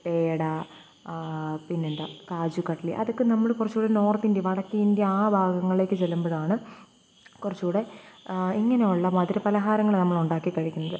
പേട പിന്നെന്താണ് കാജു കഡ്ലി അതൊക്കെ നമ്മള് കുറച്ചുകൂടി നോർത്തിന്ത്യ വടക്കേ ഇന്ത്യ ആ ഭാഗങ്ങളിലേക്ക് ചെല്ലുമ്പോഴാണ് കുറച്ചുകൂടെ ഇങ്ങനെയുള്ള മധുരപലഹാരങ്ങള് നമ്മളുണ്ടാക്കിക്കഴിക്കുന്നത്